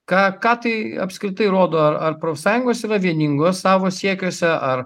ką ką tai apskritai rodo ar ar profsąjungos yra vieningos savo siekiuose ar